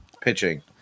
pitching